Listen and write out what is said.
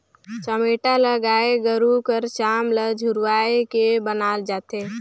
चमेटा ल गाय गरू कर चाम ल झुरवाए के बनाल जाथे